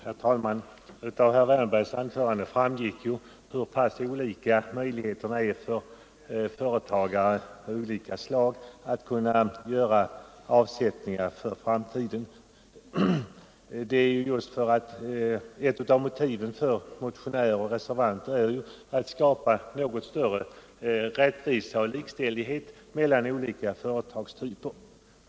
Herr talman! Av herr Wärnbergs anförande framgick hur pass olika möjligheterna är för företagare av olika slag att göra avsättningar för framtiden. Ett av motiven för motionärer och reservanter är just att skapa något större rättvisa och likställighet mellan olika företagstyper.